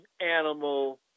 animal